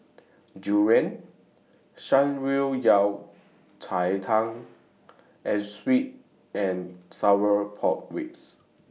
Durian Shan Rui Yao Cai Tang and Sweet and Sour Pork Ribs